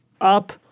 up